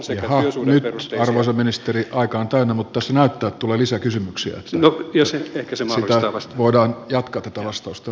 jaha nyt arvoisa ministeri aika on täynnä mutta näyttää että tulee lisäkysymyksiä sanoo josette simon taas voidaan jatkaa panostusta